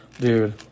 Dude